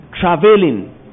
traveling